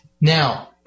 Now